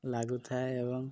ଲାଗୁଥାଏ ଏବଂ